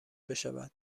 بشود